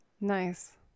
Nice